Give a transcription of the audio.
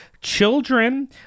children